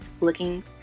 looking